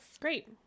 great